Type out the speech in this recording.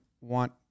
want